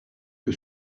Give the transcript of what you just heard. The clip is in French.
que